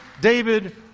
David